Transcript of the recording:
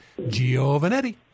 Giovanetti